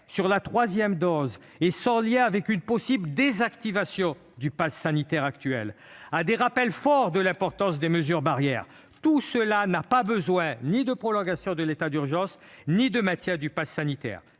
d'une troisième dose, et ce sans lien avec une possible désactivation du passe sanitaire actuel, à un rappel énergique de l'importance des mesures barrières. Tout cela ne nécessite ni prolongation de l'état d'urgence ni maintien du passe sanitaire.